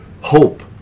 hope